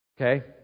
Okay